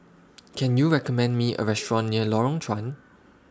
Can YOU recommend Me A Restaurant near Lorong Chuan